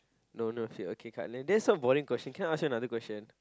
no no don't feet that not voiding question can I ask you another question